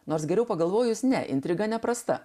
nors geriau pagalvojus ne intriga neprasta